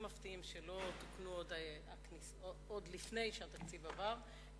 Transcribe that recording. מפתיעים שלא תוקנו עוד לפני שהתקציב עבר,